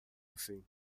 assim